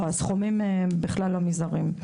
לא, לא, הסכומים בכלל לא מזעריים.